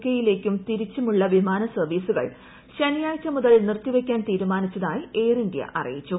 K യിലേക്കും തിരിച്ചുമുള്ള വിമാന സർവ്വീസുകൾ ശനിയാഴ്ച മുതൽ നിർത്തി വയ്ക്കാൻ തീരുമാനിച്ചതായി എയർ ഇന്തൃ അറിയിച്ചു